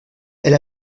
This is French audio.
elle